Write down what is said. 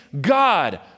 God